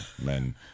men